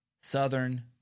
southern